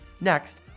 Next